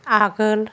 आगोल